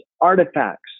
artifacts